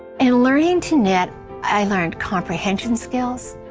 in learning to knit i learned comprehension skills,